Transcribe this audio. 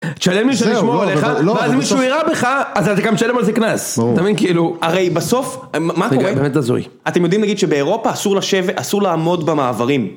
תשלם לי בשביל שאני אשמור עליך ואז אם מישהו ירה בך אז אתה גם תשלם על זה קנס כאילו הרי בסוף מה קורה אתם יודעים להגיד שבאירופה אסור לשבת אסור לעמוד במעברים.